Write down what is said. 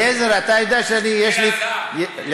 אליעזר, אתה יודע שאני, אלעזר.